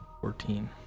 Fourteen